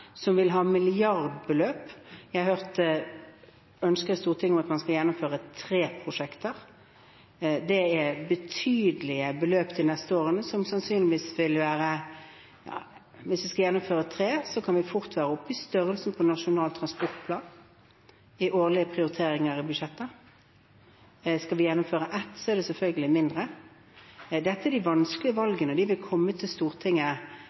som vil innebære milliardbeløp. Jeg hørte ønsker i Stortinget om at man skal gjennomføre tre prosjekter. Det er betydelige beløp de neste årene, som sannsynligvis – hvis vi skal gjennomføre tre – fort kan være oppe i størrelsen til Nasjonal transportplan i de årlige prioriteringene i budsjettet. Skal vi gjennomføre ett, er det selvfølgelig mindre. Dette er de vanskelige valgene. De vil komme til Stortinget